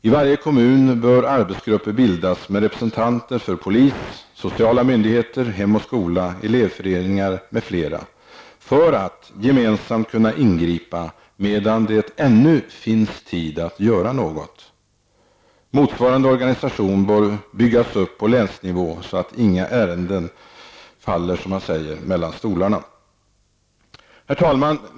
I varje kommun bör arbetsgrupper bildas med representanter för polis, sociala myndigheter, Hem och Skola, elevföreningar m.fl., för att gemensamt kunna ingripa medan det ännu finns tid att göra något. Motsvarande organisation bör byggas upp på länsnivå, så att inga ärenden ''faller mellan stolarna''. Herr talman!